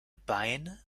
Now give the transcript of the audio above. beine